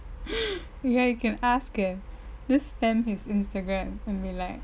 ya you can ask eh just spam his instagram and be like